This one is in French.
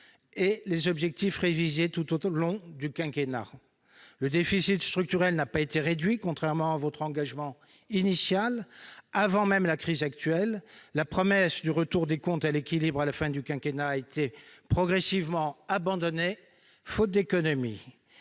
et les objectifs révisés tout au long du quinquennat. Le déficit structurel n'a pas été réduit, contrairement à votre engagement initial. Avant même la crise actuelle, la promesse du retour des comptes à l'équilibre en fin de quinquennat a été progressivement abandonnée, faute d'économies.